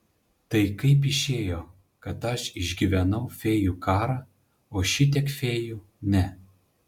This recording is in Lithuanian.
tai kaip išėjo kad aš išgyvenau fėjų karą o šitiek fėjų ne